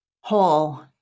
Whole